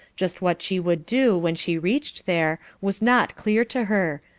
just what she would do when she reached there was not clear to her,